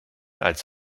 als